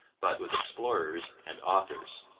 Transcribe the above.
but with explorers and authors.